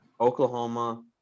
Oklahoma